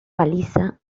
baliza